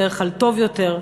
בדרך כלל טוב יותר,